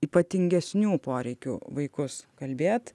ypatingesnių poreikių vaikus kalbėt